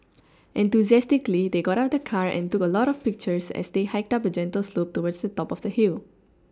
enthusiastically they got out of the car and took a lot of pictures as they hiked up a gentle slope towards the top of the hill